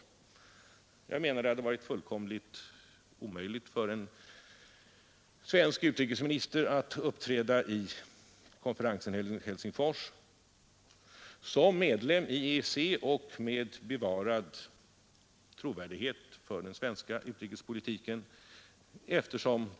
Det hade, menar jag, varit fullkomligt omöjligt för en svensk utrikesminister att uppträda vid konferensen i Helsingfors som medlem i EEC med bevarad trovärdighet för den svenska utrikespolitiken.